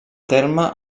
terme